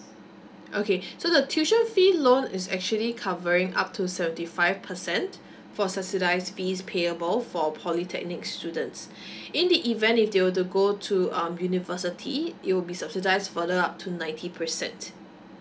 okay so the tuition fee loan is actually covering up to seventy five percent for subsidize fees payable for polytechnic students in the event if they were to go to um university it will be subsidize further up to ninety percent